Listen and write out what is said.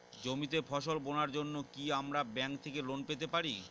জমিতে ফসল বোনার জন্য কি আমরা ব্যঙ্ক থেকে লোন পেতে পারি?